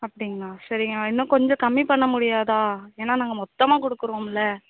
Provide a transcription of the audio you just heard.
அப்படிங்ளா சரிங்க இன்னும் கொஞ்சம் கம்மி பண்ண முடியாதா ஏன்னா நாங்கள் மொத்தமாக கொடுக்குறோமுல்ல